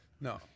No